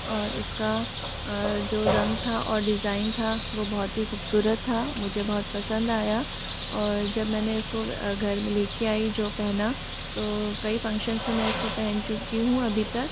और उसका जो रंग था और डिज़ाइन था वो बहुत ही ख़ूबसूरत था मुझे बहुत पसंद आया और जब मैंने इसको घर में ले कर आई जो पहना तो कई फंशन्स मैं इसको पहन चुकी हूँ अभी तक